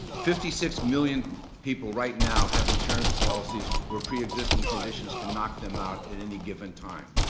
fifty-six million people right now have insurance policies where preexisting conditions can knock them out at any given time.